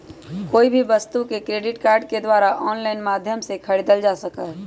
कोई भी वस्तु के क्रेडिट कार्ड के द्वारा आन्लाइन माध्यम से भी खरीदल जा सका हई